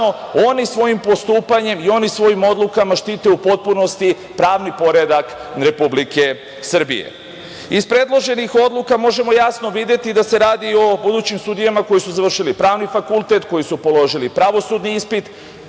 oni svojim postupanjima i svojim odlukama štite u potpunosti pravni poredak Republike Srbije. Iz predloženih odluka možemo videti da se radi o budućim sudijama koji su završili Pravni fakultet i koji su položili pravosudni ispit,